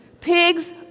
pigs